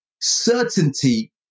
Certainty